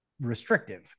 restrictive